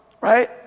right